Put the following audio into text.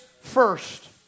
first